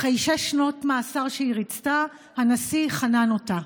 אחרי שש שנות מאסר שהיא ריצתה, הנשיא חנן אותה.